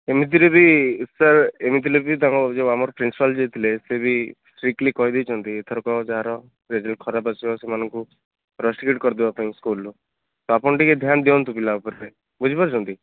ଏମିତିରେ ବି ସାର ଏମିତିରେ ବି ତାଙ୍କ ଯୋଉ ଆମର ପ୍ରିନସପାଲ ଯିଏ ଥିଲେ ସିଏ ବି ଷ୍ଟ୍ରିଟଲି କହିଦେଇଛନ୍ତି ଏଥରକ ଯାହାର ରେଜଲ୍ଟ ଖରାପ ଆସିବ ସେମାନଙ୍କୁ ରଷ୍ଟିକେଟ କରିଦେବା ପାଇଁ ସ୍କୁଲରୁ ତ ଆପଣ ଟିକେ ଧ୍ୟାନ ଦିଅନ୍ତୁ ପିଲା ଉପରେ ବୁଝିପାରୁଛନ୍ତି